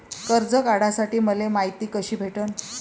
कर्ज काढासाठी मले मायती कशी भेटन?